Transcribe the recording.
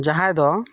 ᱡᱟᱸᱦᱟᱭ ᱫᱚ